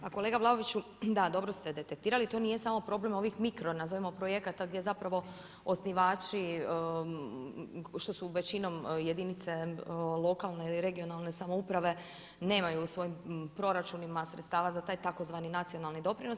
Pa kolega Vlaoviću, da dobro ste detektirali to nije samo problem ovih mikro nazovimo projekata gdje osnivači što su većinom jedinica lokalne i regionalne samouprave nemaju u svojim proračunima sredstava za taj tzv. nacionalni doprinos.